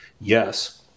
yes